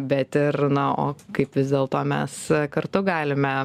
bet ir na o kaip vis dėlto mes kartu galime